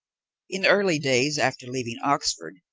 in early days, after leaving oxford,